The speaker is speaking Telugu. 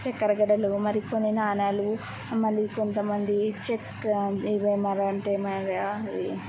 చెక్కరగెడలు మరి కొన్ని నాణాలు మళ్ళీ కొంతమంది చెక్కా ఇవా మరా అంటే